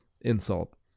insult